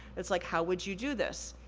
it's like, how would you do this?